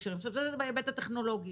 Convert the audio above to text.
אנחנו מדברים בהיבט הטכנולוגי,